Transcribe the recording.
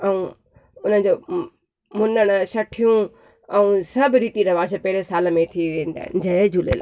ऐं उन जो मुनणु छटियूं ऐं सभु रीति रिवाज पहिरें साल में थी वेंदा आहिनि जय झूलेलाल